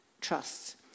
trusts